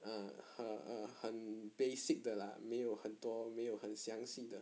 (uh huh) err 很 basic 的 lah 没有很多没有很详细的